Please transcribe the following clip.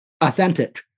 authentic